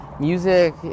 music